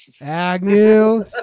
Agnew